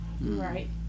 Right